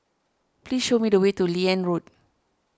please show me the way to Liane Road